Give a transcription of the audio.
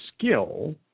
skill